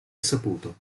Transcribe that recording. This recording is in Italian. saputo